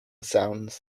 sounds